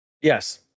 yes